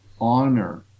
honor